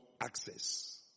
access